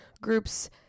groups